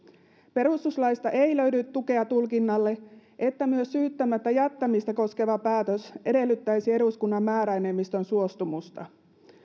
perustuslaista ei löydy tukea tulkinnalle että myös syyttämättä jättämistä koskeva päätös edellyttäisi eduskunnan määräenemmistön suostumusta